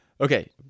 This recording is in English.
Okay